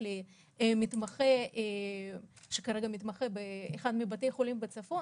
יש לי מתמחה שכרגע מתמחה באחד מבתי החולים בצפון,